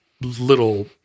little